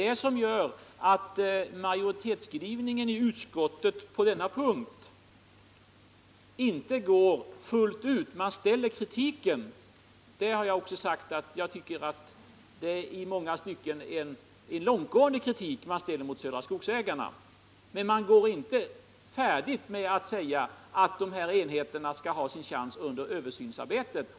I utskottsmajoritetens skrivning har man alltså på denna punkt inte tagit steget fullt ut. Jag har sagt att jag tycker det är en i många stycken långtgående kritik man framställer mot Södra Skogsägarna, men man fullföljer inte resonemanget med att säga att enheterna skall ha sin chans under översynsarbetet.